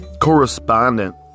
correspondent